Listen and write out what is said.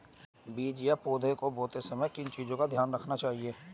बीज या पौधे को बोते समय किन चीज़ों का ध्यान रखना चाहिए?